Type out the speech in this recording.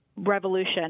revolution